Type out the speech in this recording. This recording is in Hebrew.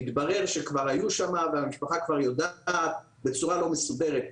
מתברר שכבר היו שם והמשפחה כבר יודעת בצורה לא מסודרת.